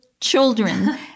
children